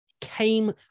came